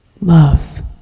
love